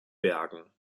bergen